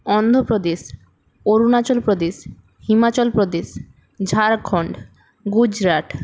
Andhra Pradesh Arunachal Pradesh Himachal Pradesh Jharkhand Gujarat